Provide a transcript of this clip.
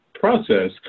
process